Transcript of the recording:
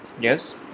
yes